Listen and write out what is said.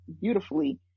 beautifully